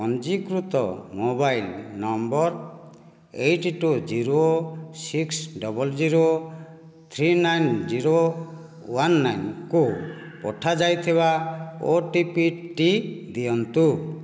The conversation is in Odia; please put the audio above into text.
ପଞ୍ଜୀକୃତ mobile number eight two zero six double zero three nine zero one ନାଇନ୍କୁ ପଠାଯାଇଥିବା ଓ ଟି ପି ଟି ଦିଅନ୍ତୁ